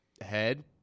head